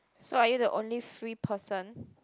so are you the only free person